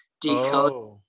decode